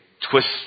twist